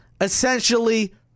essentially